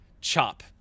chop